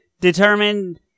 determined